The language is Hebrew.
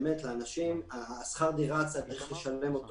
יש שכר דירה שצריך לשלם,